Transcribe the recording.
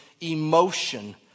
emotion